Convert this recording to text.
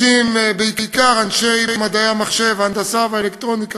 בעיקר אנשי מדעי המחשב, ההנדסה והאלקטרוניקה,